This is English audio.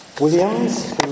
Williams